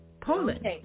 Poland